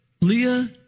Leah